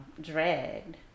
dragged